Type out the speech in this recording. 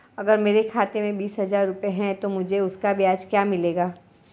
अगर मेरे खाते में बीस हज़ार रुपये हैं तो मुझे उसका ब्याज क्या मिलेगा?